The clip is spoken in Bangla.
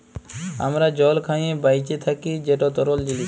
আমরা জল খাঁইয়ে বাঁইচে থ্যাকি যেট তরল জিলিস